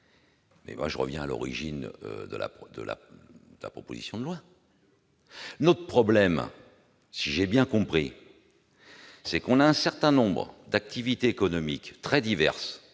de revenir à l'origine de cette proposition de loi. Le problème, si j'ai bien compris, c'est qu'un certain nombre d'activités économiques très diverses,